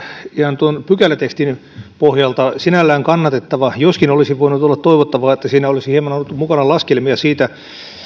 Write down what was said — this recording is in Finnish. ja on ihan tuon pykälätekstin pohjalta sinällään kannatettava joskin olisi voinut olla toivottavaa että siinä olisi hieman ollut mukana laskelmia siitä